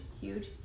huge